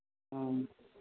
हाँ